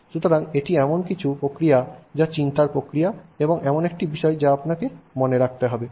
সুতরাং এটি এমন কিছু প্রক্রিয়া যা চিন্তার প্রক্রিয়া এবং এমন একটি বিষয় যা আপনাকে মনে রাখতে হবে